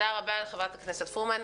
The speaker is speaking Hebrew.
תודה רבה לחברת הכנסת פרומן.